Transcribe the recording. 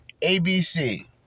ABC